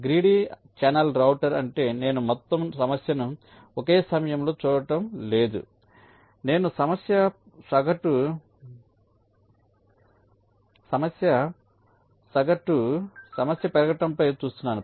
greedy channel router అంటే నేను మొత్తం సమస్యను ఒకే సమయంలో చూడటం లేదు నేను సమస్య పెరగటం పై చూస్తున్నాను